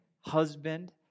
husband